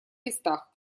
местах